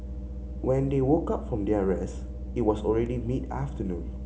when they woke up from their rest it was already mid afternoon